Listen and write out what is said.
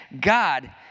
God